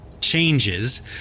changes